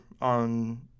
on